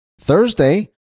Thursday